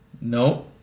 No